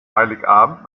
heiligabend